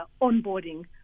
onboarding